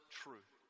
truth